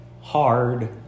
hard